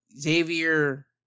Xavier